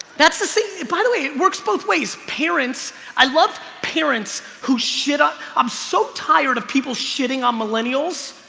that's the same finally it works both ways parents i loved parents who shit up i'm so tired of people shitting on millennials.